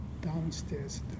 downstairs